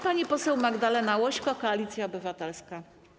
Pani poseł Magdalena Łośko, Koalicja Obywatelska.